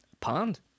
Pond